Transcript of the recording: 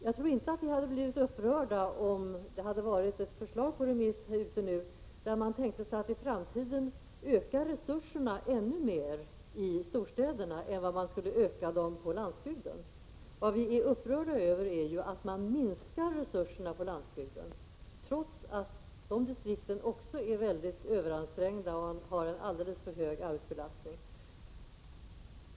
Jagtror inte att vi hade blivit upprörda om det varit ett förslag ute på remiss där man tänkt sig att i framtiden öka resurserna ännu mer i storstäderna än på landsbygden. Vad vi är upprörda över är att man vill minska resurserna på landsbygden trots att poliserna i de distrikten också är överansträngda och har en alldeles för stor arbetsbelastning.